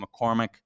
mccormick